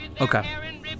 Okay